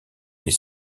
les